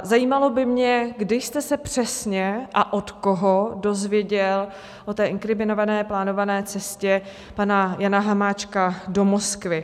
Zajímalo by mě, kdy jste se přesně a od koho dozvěděl o inkriminované plánované cestě pana Jana Hamáčka do Moskvy?